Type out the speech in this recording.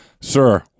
Sir